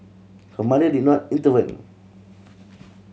her mother did not intervene